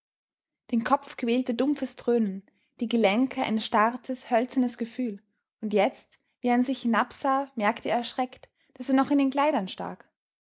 den kopf quälte dumpfes dröhnen die gelenke ein erstarrtes hölzernes gefühl und jetzt wie er an sich hinabsah merkte er erschreckt daß er noch in den kleidern stak